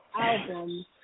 album